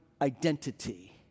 Identity